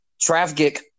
traffic